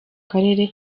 karere